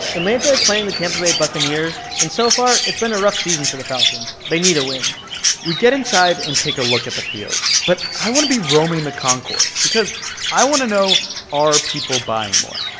atlanta is playing the tampa bay buccaneers. and so far, it's been a rough season for the falcons. they need a win we get inside and take a look at the field. but i want to be roaming the concourse because i want to know are people buying more?